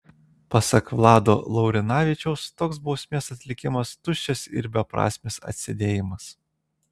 pasak vlado laurinavičiaus toks bausmės atlikimas tuščias ir beprasmis atsėdėjimas